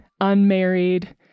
unmarried